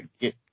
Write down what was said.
get